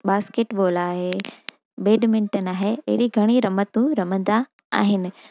basket ball आहे badminton आहे अहिड़ी घणी रमतूं रमंदा आहिनि